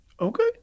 Okay